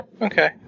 Okay